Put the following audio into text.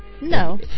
No